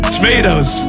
Tomatoes